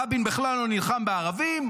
רבין בכלל לא נלחם בערבים.